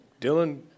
Dylan